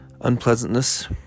unpleasantness